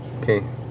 okay